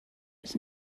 was